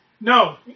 No